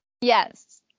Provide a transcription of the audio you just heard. Yes